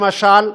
למשל,